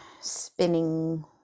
spinning